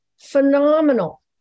Phenomenal